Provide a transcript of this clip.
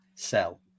sell